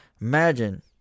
Imagine